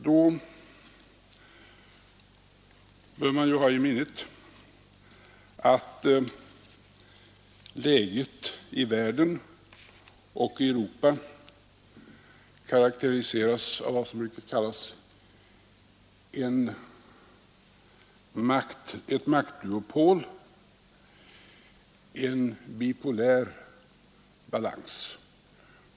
Då bör man ha i minnet att läget i Europa och världen i övrigt karakteriseras av vad som brukar kallas ett maktduopol, en bipolär balans.